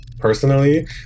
Personally